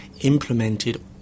implemented